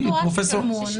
כן.